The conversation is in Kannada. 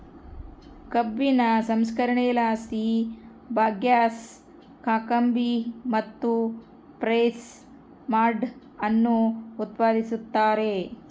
ಕಬ್ಬಿನ ಸಂಸ್ಕರಣೆಲಾಸಿ ಬಗ್ಯಾಸ್, ಕಾಕಂಬಿ ಮತ್ತು ಪ್ರೆಸ್ ಮಡ್ ಅನ್ನು ಉತ್ಪಾದಿಸುತ್ತಾರೆ